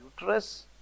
uterus